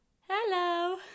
Hello